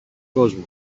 κόσμο